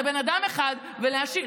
לבן אדם אחד ולהאשים?